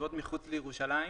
שיושבות מחוץ לירושלים,